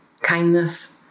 kindness